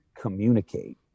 communicate